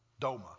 doma